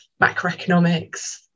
macroeconomics